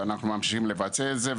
ואנחנו ממשיכים לבצע את זה.